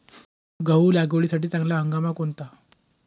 गहू लागवडीसाठी चांगला हंगाम कोणता?